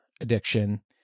addiction